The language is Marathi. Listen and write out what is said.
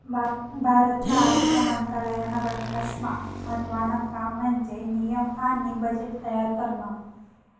भारतना अर्थ मंत्रालयानं बठ्ठास्मा महत्त्वानं काम म्हन्जे नियम आणि बजेट तयार करनं